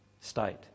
state